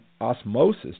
osmosis